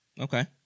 Okay